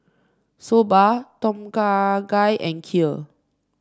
Soba Tom Kha Gai and Kheer